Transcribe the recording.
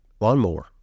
lawnmower